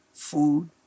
Food